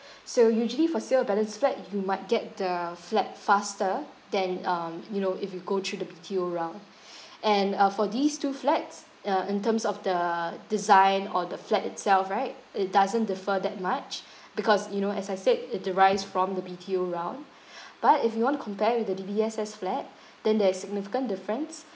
so usually for sale of balance flat you might get the flat faster than um you know if you go through the B_T_O round and uh for these two flats uh in terms of the design or the flat itself right it doesn't differ that much because you know as I said it derives from the B_T_O round but if you want to compare with the D_B_S_S flat then there is significant difference